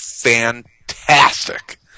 fantastic